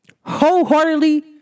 Wholeheartedly